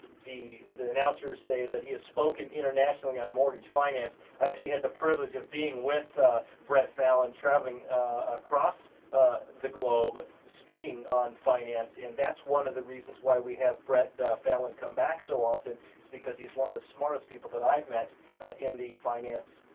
the the announcer say that he has spoken internationally on mortgage finance i actually had the privilege of being with brett fallon traveling across the globe speaking on finance that is one of the reasons why we have brett fallon come back so often because he is one of the smartest people that i have met in the finance